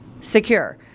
secure